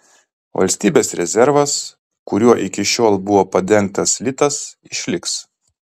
valstybės rezervas kuriuo iki šiol buvo padengtas litas išliks